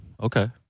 Okay